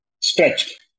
stretched